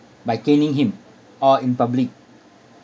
by caning him or in public